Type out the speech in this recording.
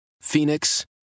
Phoenix